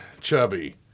Chubby